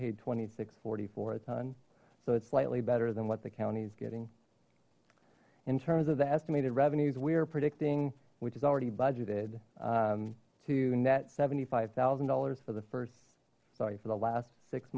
paid twenty six forty four a ton so it's slightly better than what the county is getting in terms of the estimated revenues we are predicting which is already budgeted to net seventy five thousand dollars for the first sorry for the last six